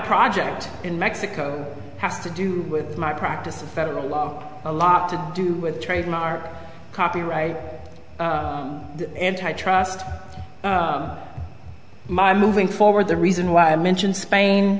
project in mexico has to do with my practice of federal law a lot to do with trademark copyright antitrust my moving forward the reason why i mentioned spain